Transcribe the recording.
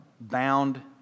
bound